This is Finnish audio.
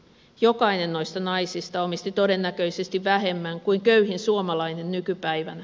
jokainen noista naisista omisti todennäköisesti vähemmän kuin köyhin suomalainen nykypäivänä